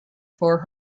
for